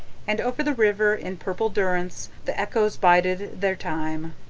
and over the river in purple durance the echoes bided their time.